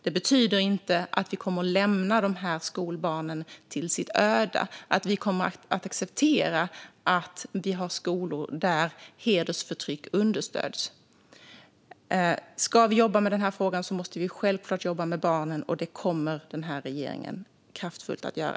Det betyder inte att vi kommer att lämna dessa skolbarn till sitt öde eller att vi kommer att acceptera att det finns skolor där hedersförtryck understöds. Ska vi jobba med denna fråga måste vi självklart jobba med barnen, och det kommer den här regeringen kraftfullt att göra.